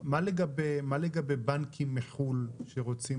מה לגבי בנקים מחו"ל שרוצים